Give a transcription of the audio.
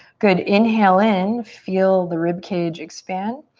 good, inhale in. feel the rib cage expand.